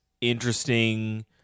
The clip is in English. interesting